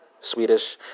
Swedish